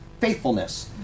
faithfulness